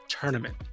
tournament